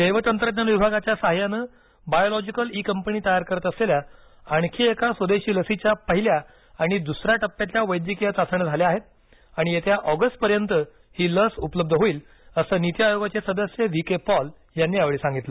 जैव तंत्रज्ञान विभागाच्या सहाय्यानं बायोलॉजीकल ई कंपनी तयार करत असलेल्या आणखी एका स्वदेशी लसीच्या पहिल्या आणि दुसऱ्या टप्प्यातल्या वैद्यकीय चाचण्या झाल्या आहेत आणि येत्या ऑगस्ट पर्यंत ही लस उपलब्ध होईल असं नीती आयोगाचे सदस्य व्ही के पॉल यांनी यावेळी सांगितलं